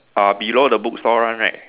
uh below the bookstore one right